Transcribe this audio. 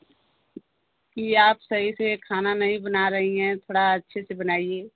कि आप सही से खाना नहीं बना रही हैं थोड़ा अच्छे से बनाइये